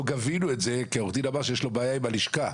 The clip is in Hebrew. גבינו את זה כי עורך הדין אמר שיש לו בעיה עם הלשכה,